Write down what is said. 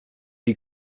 die